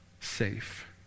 safe